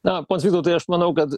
na pons vytautai aš manau kad